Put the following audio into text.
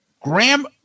Graham